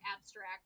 abstract